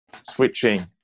switching